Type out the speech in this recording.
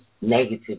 negative